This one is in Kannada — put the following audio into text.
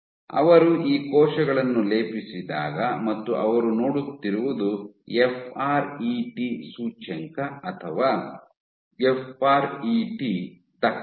ಅವರು ಈ ಕೋಶಗಳನ್ನು ಲೇಪಿಸಿದಾಗ ಮತ್ತು ಅವರು ನೋಡುತ್ತಿರುವುದು ಎಫ್ ಆರ್ ಇ ಟಿ ಸೂಚ್ಯಂಕ ಅಥವಾ ಎಫ್ ಆರ್ ಇ ಟಿ ದಕ್ಷತೆ